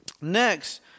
next